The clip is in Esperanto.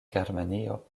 germanio